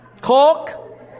Coke